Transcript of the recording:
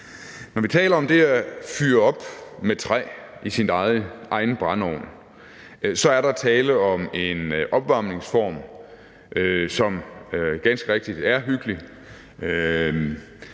Når vi taler om det at fyre op med træ i sin egen brændeovn, er der tale om en opvarmningsform, som ganske rigtigt er hyggelig.